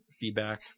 feedback